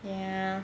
ya